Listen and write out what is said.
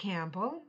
Campbell